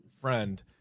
friend